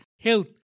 health